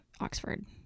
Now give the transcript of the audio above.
Oxford